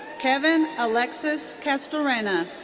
kevin alexis castorena.